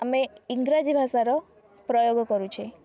ଆମେ ଇଂରାଜୀ ଭାଷାର ପ୍ରୟୋଗ କରୁଛୁ